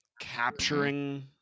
capturing